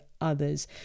others